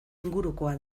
ingurukoa